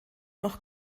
noch